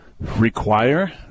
Require